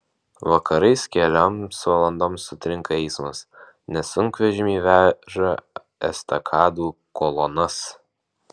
vakarais kelioms valandoms sutrinka eismas nes sunkvežimiai veža estakadų kolonas